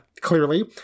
Clearly